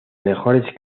mejores